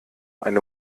eine